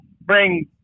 bring